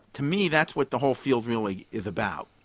to me that's what the whole field really is about.